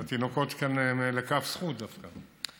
אבל תינוקות, לכף זכות, דווקא.